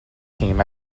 team